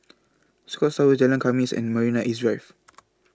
The Scotts Tower Jalan Khamis and Marina East Drive